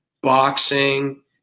boxing